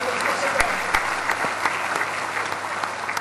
(מחיאות כפיים)